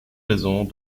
raisons